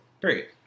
Period